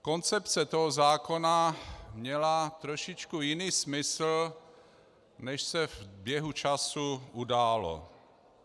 Koncepce toho zákona měla trošičku jiný smysl, než se v běhu času událo.